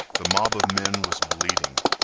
the mob of men was bleeding.